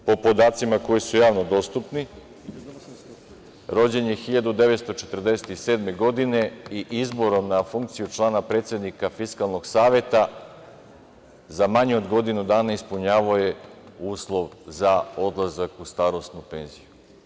Po podacima koji su javno dostupni, rođen je 1947. godine i izborom na funkciju člana predsednika Fiskalnog saveta za manje od godinu dana ispunjavao je uslov za odlazak u starosnu penziju.